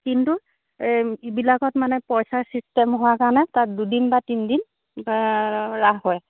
কিন্তু ইবিলাকত মানে পইচাৰ চিষ্টেম হোৱাৰ কাৰণে তাত দুদিন বা তিনিদিন ৰাস হয়